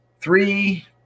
three